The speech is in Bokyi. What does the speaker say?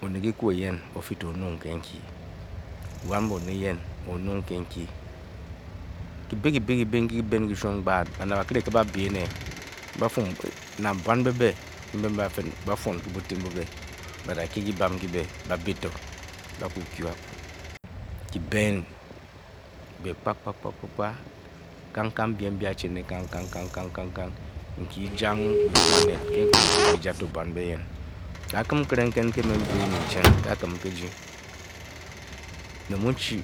Onet kyibu eyen ofi to o-nung ke nkyonar bone eyen ofi o-nung ke nkyit Kyibi, kyibi, kyibi, nkyi kyi|ben kyi-shwom. gbaat, banet bakiri a, ba|ki ene ba-fe ng buwan mbyi, ebe, badakye kyibem nkyi ebe ba-bi ba-kukyu aku Kyi-ben! Aku kpakpa kangkang bye mbyi wo a|eke ne gbaat byi-ja ng kyiku banet ne ke nkuli kyiku, byi-ja ng to bwan mbe eyen. Kakim nkere nke ne m-biri onyincheng ke Kakim nke eji me mu n-chi